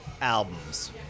albums